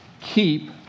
keep